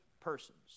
persons